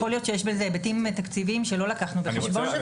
יכול להיות שיש בזה היבטים תקציביים שלא לקחנו בחשבון.